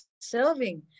serving